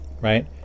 right